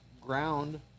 ground